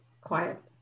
quiet